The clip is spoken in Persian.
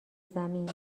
زمین